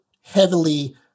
heavily